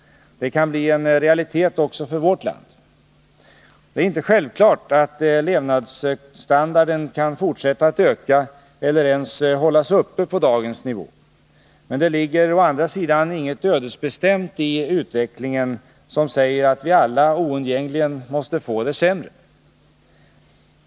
Det kan bli en realitet också för vårt land. Det är inte självklart att levnadsstandarden kan fortsätta att öka eller ens hållas uppe på dagens nivå. Men det ligger å andra sidan inget ödesbestämt i utvecklingen som säger att vi alla oundgängligen måste få det sämre.